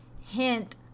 Hint